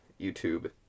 YouTube